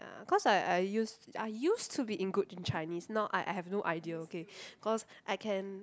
ya cause I I used I used to be in good in Chinese now I I have no idea okay cause I can